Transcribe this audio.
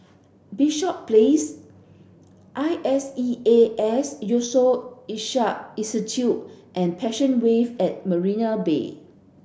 Bishop Place I S E A S Yusof Ishak Institute and Passion Wave at Marina Bay